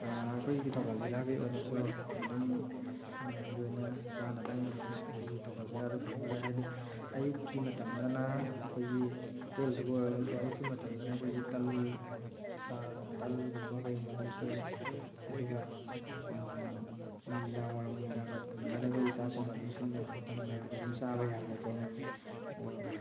ꯑꯩꯈꯣꯏꯒꯤ ꯊꯧꯕꯥꯜ ꯖꯤꯂꯥꯒꯤ ꯑꯣꯏꯅꯁꯨ ꯑꯗꯨꯝ ꯃꯌꯥꯝꯒꯤ ꯑꯣꯏꯅ ꯆꯥꯅ ꯊꯛꯅꯕ ꯑꯗꯨꯝ ꯑꯩꯈꯣꯏꯒꯤ ꯊꯧꯕꯥꯜ ꯖꯤꯂꯥꯗ ꯐꯪꯕ ꯂꯩ ꯍꯥꯏꯗꯤ ꯑꯌꯨꯛꯀꯤ ꯃꯇꯝꯗꯅ ꯑꯩꯈꯣꯏꯒꯤ ꯍꯣꯇꯦꯜꯗꯕꯨ ꯑꯣꯏꯔꯒꯁꯨ ꯑꯌꯨꯛꯀꯤ ꯃꯇꯝꯗꯅ ꯑꯩꯈꯣꯏꯒꯤ ꯇꯜ ꯆꯥ ꯇꯜꯒꯨꯝꯕ ꯀꯩꯒꯨꯝꯕ ꯑꯗꯨꯝ ꯁꯦꯝꯃꯦ ꯑꯗꯨꯒ ꯅꯨꯃꯤꯗꯥꯡꯋꯥꯏꯔꯝ ꯅꯨꯡꯗꯥꯡꯒꯤ ꯃꯇꯝꯗꯅ ꯑꯩꯈꯣꯏꯒꯤ ꯆꯥꯛꯀꯨꯝꯕ ꯑꯗꯨꯝ ꯁꯤꯟꯗꯅ ꯈꯣꯠꯇꯅ ꯃꯌꯥꯝꯒꯤ ꯑꯗꯨꯝ ꯆꯥꯕ ꯌꯥꯕ ꯍꯣꯠꯅꯩ ꯑꯗꯣ